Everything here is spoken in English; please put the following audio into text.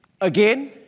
Again